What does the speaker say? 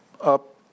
up